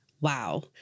Wow